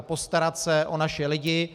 Postarat se o naše lidi.